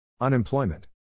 Unemployment